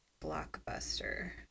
blockbuster